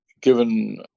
given